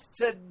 today